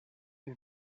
you